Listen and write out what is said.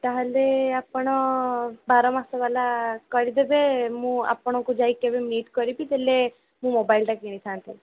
ତା'ହେଲେ ଆପଣ ବାର ମାସ ବାଲା କରିଦେବେ ମୁଁ ଆପଣଙ୍କୁ ଯାଇ କେବେ ମିଟ୍ କରିବି ଦେଲେ ମୁଁ ମୋବାଇଲ୍ଟା କିଣିଥାନ୍ତି